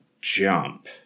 jump